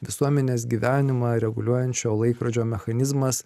visuomenės gyvenimą reguliuojančio laikrodžio mechanizmas